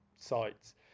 sites